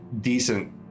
decent